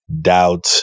doubt